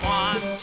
one